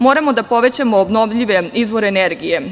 Moramo da povećamo obnovljive izvore energije.